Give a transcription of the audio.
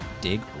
dig